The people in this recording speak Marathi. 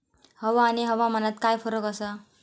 हवा आणि हवामानात काय फरक असा?